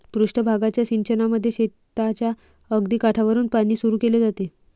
पृष्ठ भागाच्या सिंचनामध्ये शेताच्या अगदी काठावरुन पाणी सुरू केले जाते